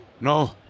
no